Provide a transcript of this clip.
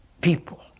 people